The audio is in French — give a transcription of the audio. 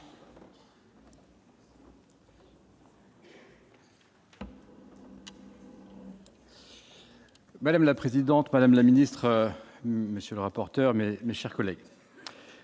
Madame la présidente, madame la ministre, monsieur le rapporteur, mais mes chers collègues.